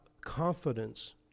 confidence